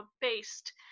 based